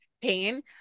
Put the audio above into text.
pain